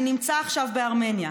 אני נמצא עכשיו בארמניה,